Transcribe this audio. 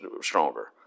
stronger